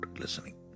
listening